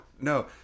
No